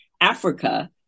Africa